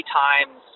times